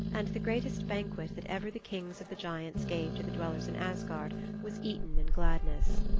and the greatest banquet that ever the kings of the giants gave to the dwellers in asgard was eaten in gladness.